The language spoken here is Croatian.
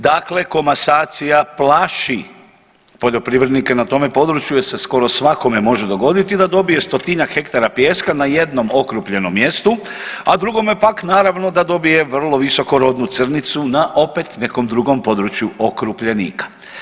Dakle, komasacija plaši poljoprivrednike na tome području jer se skoro svakome može dogoditi da dobije stotinjak hektara pijeska na jednom okrupnjenom mjestu, a drugome pak naravno da dobije visokorodnu crnicu na opet nekom drugom području okrupljenika.